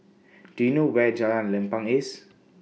Do YOU know Where Jalan Lempeng IS